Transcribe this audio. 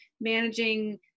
managing